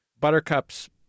Buttercup's